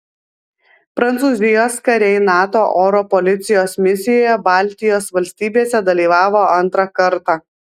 prancūzijos kariai nato oro policijos misijoje baltijos valstybėse dalyvavo antrą kartą